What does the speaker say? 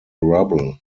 rubble